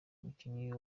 umukinyi